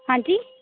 ਹਾਂਜੀ